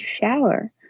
shower